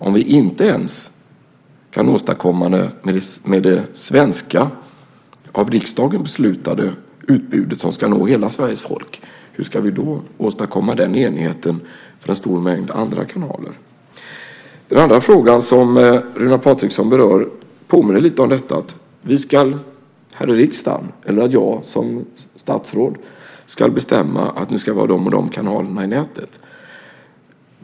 Om vi inte ens kan åstadkomma det med det svenska, av riksdagen beslutade utbudet som ska nå hela Sveriges folk, hur ska vi då åstadkomma den enigheten för en stor mängd andra kanaler? Den andra frågan som Runar Patriksson berör påminner lite om detta. Vi här i riksdagen, eller jag som statsråd, ska bestämma att vi ska ha vissa kanaler i nätet.